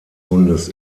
hundes